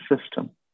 system